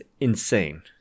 insane